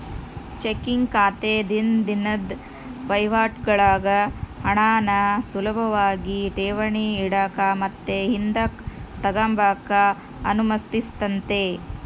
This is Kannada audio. ಚೆಕ್ಕಿಂಗ್ ಖಾತೆ ದಿನ ದಿನುದ್ ವಹಿವಾಟುಗುಳ್ಗೆ ಹಣಾನ ಸುಲುಭಾಗಿ ಠೇವಣಿ ಇಡಾಕ ಮತ್ತೆ ಹಿಂದುಕ್ ತಗಂಬಕ ಅನುಮತಿಸ್ತತೆ